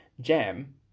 jam